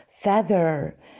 feather